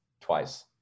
twice